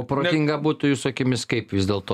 o protinga būtų jūsų akimis kaip vis dėlto